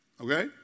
Okay